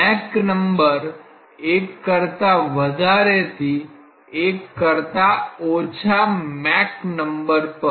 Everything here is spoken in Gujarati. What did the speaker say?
મેક નંબર એક કરતાં વધારેથી એક કરતાં ઓછા મેક નંબર પર